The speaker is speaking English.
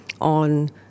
on